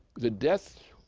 the death